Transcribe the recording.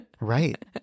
Right